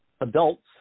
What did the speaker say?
adults